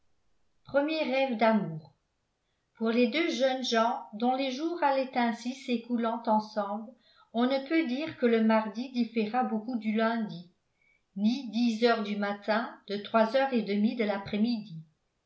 premiers rêves d'amour pour les deux jeunes gens dont les jours allaient ainsi s'écoulant ensemble on ne peut dire que le mardi différât beaucoup du lundi ni dix heures du matin de trois heures et demie de l'après-midi